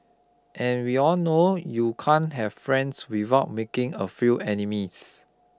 and we all know you can't have friends without making a few enemies